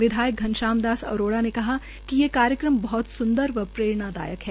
विधायक घनश्याम दास अरोड़ा ने कहा कि ये कार्यक्रम बह्त सुंदर व प्ररेणादायक है